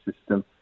system